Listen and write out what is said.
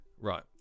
Right